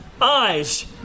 eyes